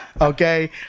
Okay